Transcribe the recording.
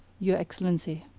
your excellency.